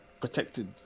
protected